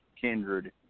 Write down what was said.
Kindred